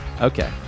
Okay